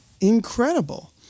Incredible